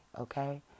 Okay